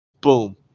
boom